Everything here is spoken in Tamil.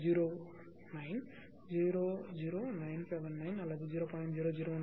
09 00979 அல்லது 0